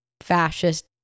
fascist